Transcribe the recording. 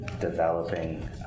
developing